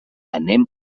anem